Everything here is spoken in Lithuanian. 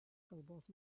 kalbos